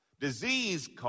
Disease